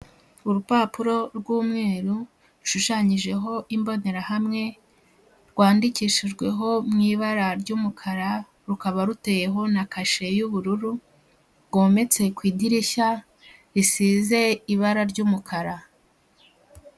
Urupapuro rw'umweru rushushanyijeho imbonerahamwe, rwandikishijweho mu ibara ry'umukara, rukaba ruteyeho na kashe y'ubururu, rwometse ku idirishya risize ibara ry'umukara.